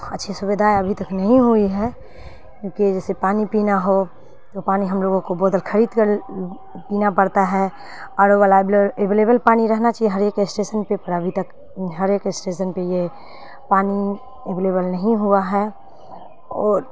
اچھی سویدھا ابھی تک نہیں ہوئی ہے کیونکہ جیسے پانی پینا ہو تو پانی ہم لوگوں کو بوتل خرید کر پینا پڑتا ہے آر او والا اویلیبل پانی رہنا چاہیے ہر ایک اسٹیسن پہ پر ابھی تک ہر ایک اسٹیسن پہ یہ پانی اویلیبل نہیں ہوا ہے اور